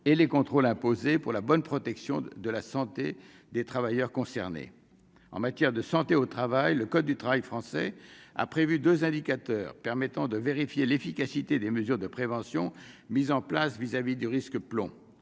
et les contrôles imposés pour la bonne protection de la santé des travailleurs concernés en matière de santé au travail, le code du travail français a prévu 2 indicateurs permettant de vérifier l'efficacité des mesures de prévention mises en place vis-à-vis du risque plomb